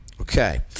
Okay